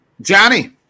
Johnny